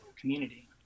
community